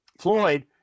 Floyd